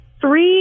Three